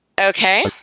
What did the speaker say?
Okay